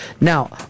Now